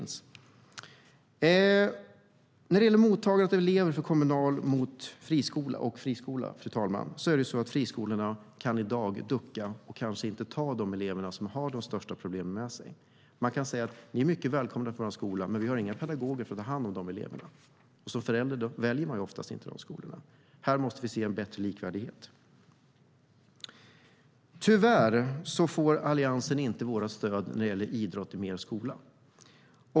När det gäller mottagandet av elever på kommunala skolor och friskolor kan friskolorna i dag ducka och låta bli att ta de elever som har de största problemen. De är välkomna på skolan, men det finns inga pedagoger som kan ta hand om dem. Som förälder väljer man oftast inte dessa skolor. Här måste det bli bättre likvärdighet. Tyvärr får Alliansen inte vårt stöd för mer idrott i skolan.